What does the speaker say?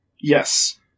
Yes